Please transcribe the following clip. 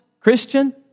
Christian